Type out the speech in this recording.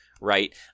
right